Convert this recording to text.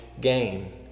gain